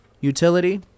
utility